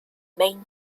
main